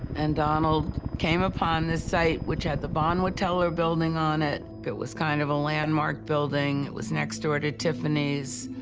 and donald came upon this site, which had the bonwit teller building on it. it was kind of a landmark building. it was next door to tiffany's.